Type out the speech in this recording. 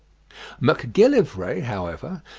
macgillivray, however,